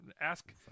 Ask